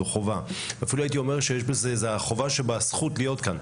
אפילו הייתי אומר שזוהי החובה שבזכות להיות כאן.